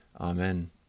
Amen